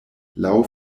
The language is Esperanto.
laŭ